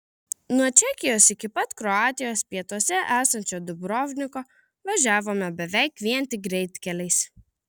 nuo čekijos iki pat kroatijos pietuose esančio dubrovniko važiavome beveik vien tik greitkeliais